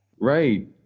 right